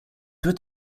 wird